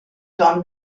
john